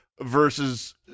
versus